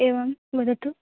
एवं वदतु